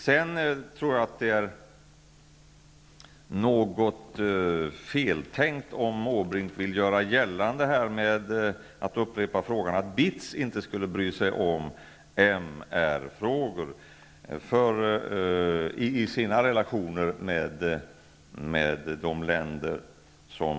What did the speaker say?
Jag tror att Måbrink tänker fel om han vill göra gällande att BITS inte skull bry sig om MR-frågor i sina relationer med andra länder.